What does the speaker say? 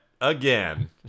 again